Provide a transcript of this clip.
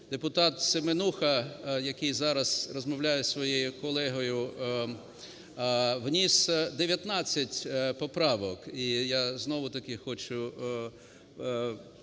Депутат Семенуха, який зараз розмовляє зі своєю колегою, вніс 19 поправок.